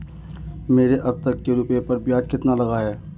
मेरे अब तक के रुपयों पर ब्याज कितना लगा है?